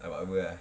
I'll upload ya